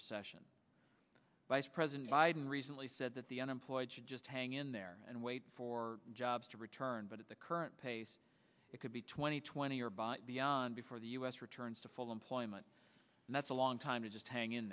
recession vice president biden recently said that the unemployed should just hang in there and wait for jobs to return but at the current pace it could be twenty twenty or by beyond before the u s returns to full employment and that's a long time to just hang in